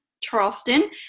Charleston